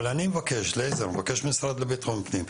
אני מבקש מהמשרד לביטחון פנים,